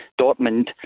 Dortmund